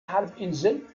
halbinsel